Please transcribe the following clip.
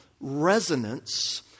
resonance